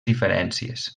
diferències